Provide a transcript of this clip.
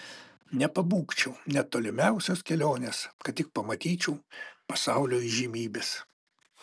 nepabūgčiau net tolimiausios kelionės kad tik pamatyčiau pasaulio įžymybes